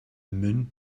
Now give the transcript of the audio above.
moon